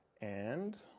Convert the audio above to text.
and